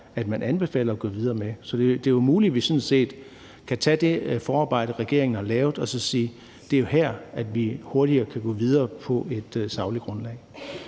er, man anbefaler at gå videre med. Så det er jo muligt, at vi sådan set kan tage det forarbejde, regeringen har lavet, og sige, at det er her, vi hurtigere kan gå videre på et sagligt grundlag.